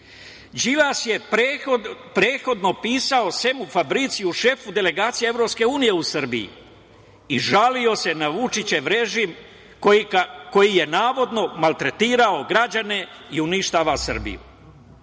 Đilas je prethodno pisao Semu Fabriciju, šefu delegacije EU u Srbiji i žalio se na Vučićev režim koji je navodno maltretirao građane i uništava Srbiju.